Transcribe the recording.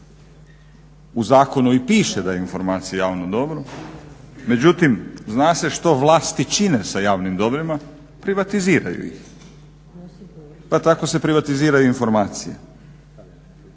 U zakonu i piše da je informacija javno dobro. Međutim zna se što vlasti čine sa javnim dobrima. Privatiziraju ih. Pa tako se privatiziraju informacije.